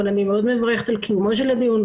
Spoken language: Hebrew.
אבל אני מאוד מברכת על קיומו של הדיון,